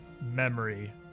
memory